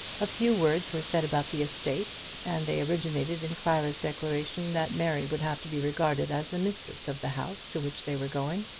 a few words were said about the estate, and they originated in clara's declaration that mary would have to be regarded as the mistress of the house to which they were going.